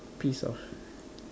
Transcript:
piece of sh~